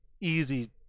easy